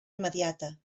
immediata